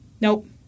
Nope